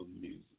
Music